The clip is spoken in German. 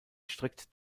strikt